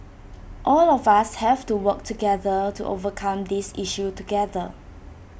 all of us have to work together to overcome this issue together